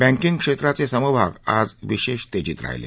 बँकीग क्षेत्राचे समभाग आज विशेष तेजीत राहिले